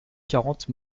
quarante